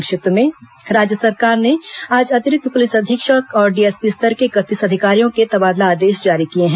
संक्षिप्त समाचार राज्य सरकार ने आज अतिरिक्त पुलिस अधीक्षक और डीएसपी स्तर के इकतीस अधिकारियों के तबादला आदेश जारी किए हैं